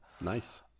nice